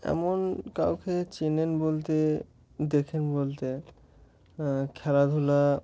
এমন কাউকে চেনেন বলতে দেখুন বলতে খেলাধুলা